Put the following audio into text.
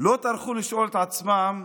לא טרחו לשאול את עצמם